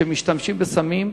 שמשתמשים בסמים,